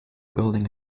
building